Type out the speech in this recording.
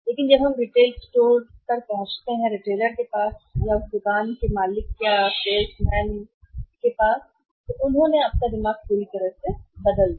लेकिन जब हम स्टोर रिटेलर के पास पहुंचते हैं दुकान के मालिक या उनके सेल्समैन की दुकानदार ने आपके दिमाग को पूरी तरह से बदल दिया